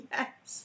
Yes